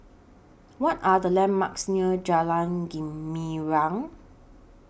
What Are The landmarks near Jalan Gumilang